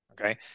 Okay